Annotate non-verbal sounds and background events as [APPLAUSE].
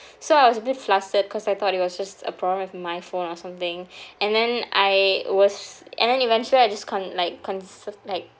so I was a bit flustered cause I thought it was just a problem with my phone or something [BREATH] and then I was and then eventually I just con~ like consult like